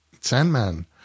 Sandman